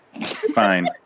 Fine